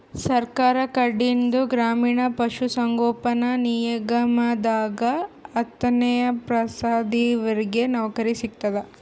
ಸರ್ಕಾರ್ ಕಡೀನ್ದ್ ಗ್ರಾಮೀಣ್ ಪಶುಸಂಗೋಪನಾ ನಿಗಮದಾಗ್ ಹತ್ತನೇ ಪಾಸಾದವ್ರಿಗ್ ನೌಕರಿ ಸಿಗ್ತದ್